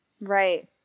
Right